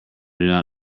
don’t